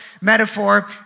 metaphor